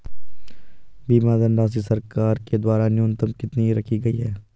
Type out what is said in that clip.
बीमा धनराशि सरकार के द्वारा न्यूनतम कितनी रखी गई है?